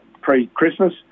pre-christmas